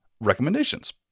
recommendations